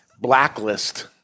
blacklist